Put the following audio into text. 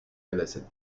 alison